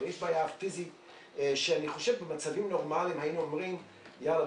יש בעיה פיזית שבמצבים נורמליים היינו אומרים: יאללה,